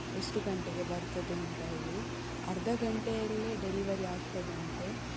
ಎಷ್ಟು ಗಂಟೆಗೆ ಬರ್ತದೆ ಅಂತ ಹೇಳಿ ಅರ್ಧಗಂಟೆಯಲ್ಲೇ ಡೆಲಿವರಿ ಆಗ್ತದಂತೆ